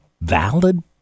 valid